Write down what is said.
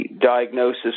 diagnosis